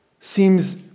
seems